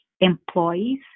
employees